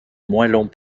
moellons